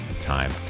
time